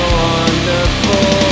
wonderful